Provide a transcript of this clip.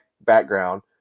background